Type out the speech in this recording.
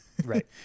Right